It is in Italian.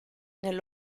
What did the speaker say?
nel